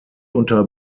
unter